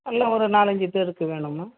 இல்லை ஒரு நாலஞ்சு பேருக்கு வேணும்மா